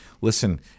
Listen